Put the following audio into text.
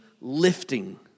lifting